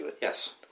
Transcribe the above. Yes